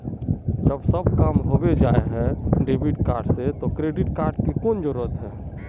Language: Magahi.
जब सब काम होबे जाय है डेबिट कार्ड से तो क्रेडिट कार्ड की कोन जरूरत है?